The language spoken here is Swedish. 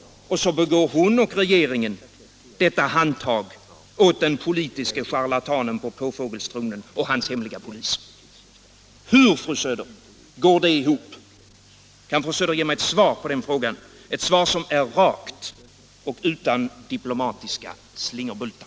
Och så ger hon och regeringen detta handtag åt den politiske charlatanen på påfågelstronen och hans hemliga polis. Hur, fru Söder, går det ihop? Kan fru Söder ge mig ett svar på den frågan — ett svar som är rakt och utan diplomatiska slingerbultar?